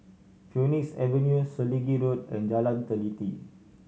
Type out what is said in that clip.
Phoenix Avenue Selegie Road and Jalan Teliti